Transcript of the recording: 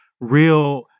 real